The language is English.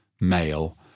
male